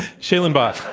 shailen bhatt.